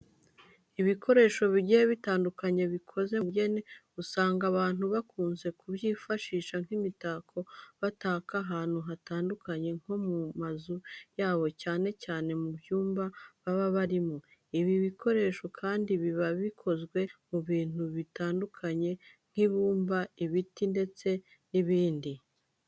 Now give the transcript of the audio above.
Ibikoresho bigiye bitandukanye bikoze mu bugeni, usanga abantu bakunze kubyifashisha nk'imitako bataka ahantu hatandukanye nko mu mazu yabo cyane cyane mu byumba baba bararamo. Ibi bikoresho kandi biba bikozwe mu bintu bitandukanye nk'ibumba, ibiti ndetse n'ibindi.